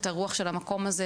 את הרוח של המקום הזה,